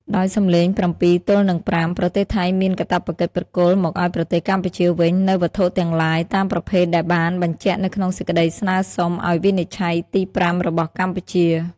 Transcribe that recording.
ដោយសំឡេង៧ទល់នឹង៥ ប្រទេសថៃមានកាតព្វកិច្ចប្រគល់មកឱ្យប្រទេសកម្ពុជាវិញ នូវវត្ថុទាំងឡាយ តាមប្រភេទដែលបានបញ្ជាក់នៅក្នុងសេចក្ដីស្នើសុំឱ្យវិនិច្ឆ័យទី៥របស់កម្ពុជា។